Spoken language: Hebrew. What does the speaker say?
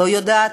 לא יודעת.